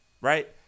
right